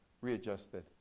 readjusted